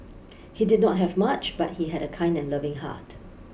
he did not have much but he had a kind and loving heart